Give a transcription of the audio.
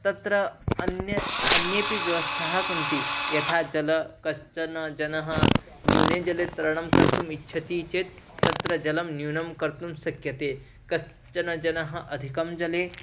तत्र अन्य अन्याऽपि व्यवस्थाः सन्ति यथा जले कश्चन जनाः न्यूने जले तरणं कर्तुम् इच्छन्ति चेत् तत्र जलं न्यूनं कर्तुं शक्यते कश्चन जनाः अधिकं जले